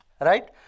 right